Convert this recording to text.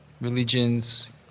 religions